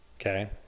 Okay